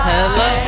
Hello